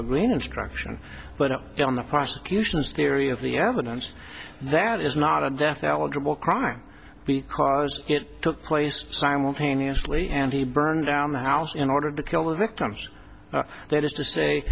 a green instruction but on the prosecution's theory of the evidence that is not a death eligible crime because it took place simultaneously and he burned down the house in order to kill the victims that is to say